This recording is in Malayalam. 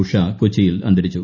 ഉഷ കൊച്ചിയിൽ അന്തരിച്ചു